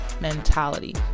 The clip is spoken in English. mentality